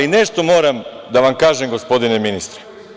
Nešto moram da vam kažem, gospodine ministre.